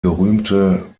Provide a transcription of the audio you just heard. berühmte